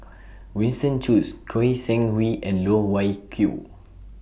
Winston Choos Goi Seng Hui and Loh Wai Kiew